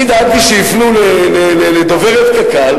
אני דאגתי שיפנו לדוברת קק"ל,